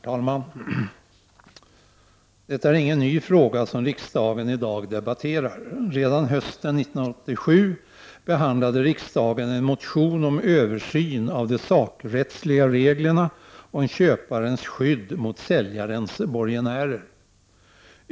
Herr talman! Det är ingen ny fråga som riksdagen i dag debatterar. Redan hösten 1987 behandlade riksdagen en motion om översyn av de sakrättsliga reglerna om köparens skydd mot säljarens borgenärer.